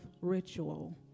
ritual